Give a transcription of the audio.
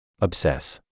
Obsess